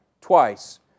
Twice